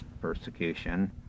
persecution